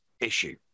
issue